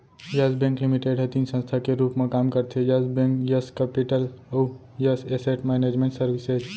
yes Bank Limited ह तीन संस्था के रूप म काम करथे यस बेंक, यस केपिटल अउ यस एसेट मैनेजमेंट सरविसेज